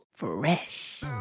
fresh